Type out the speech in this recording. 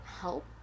help